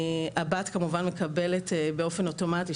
הבת כמובן מקבלת באופן אוטומטי,